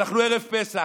אנחנו ערב פסח,